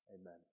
Amen